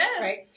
right